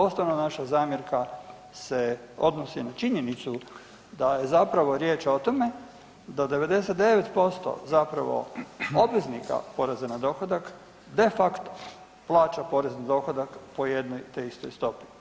Osnovna naša zamjerka se odnosi na činjenicu da je zapravo riječ o tome da 99% zapravo obveznika poreza na dohodak de facto plaća porez na dohodak po jednoj te istoj stopi.